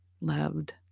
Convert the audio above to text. loved